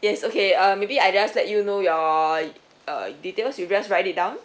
yes okay uh maybe I just let you know your uh details you just write it down